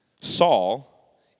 Saul